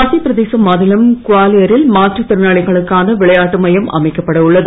மத்தியப்பிரதேச குவாலிய ரில் மாற்றுத் திறனாளிகளுக்கான விளையாட்டு மையம் அமைக்கப்பட உள்ளது